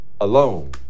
alone